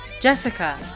Jessica